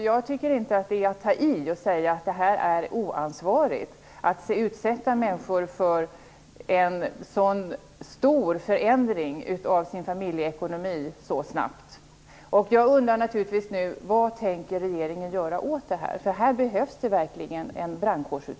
Jag tycker inte att det är att ta i att säga att det är oansvarigt att utsätta människor för en så stor förändring av deras familjeekonomi så snabbt.